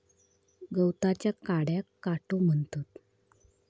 गवताच्या काट्याक काटो म्हणतत